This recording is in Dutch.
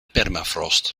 permafrost